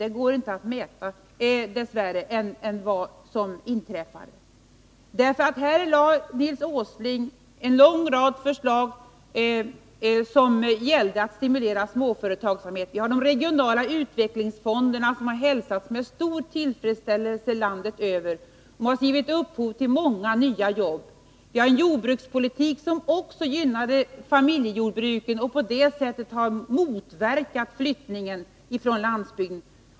Den går dess värre inte att mäta. Nils Åsling har lagt en lång rad förslag för att stimulera småföretagsamheten. De regionala utvecklingsfonderna har hälsats med stor tillfredsställelse landet över och har givit upphov till många nya jobb. Även den jordbrukspolitik som vi bedrev har gynnat familjejordbruken och på det sättet motverkat flyttningen från landsbygden.